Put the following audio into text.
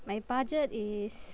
my budget is